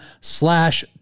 slash